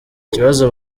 ikibazo